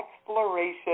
exploration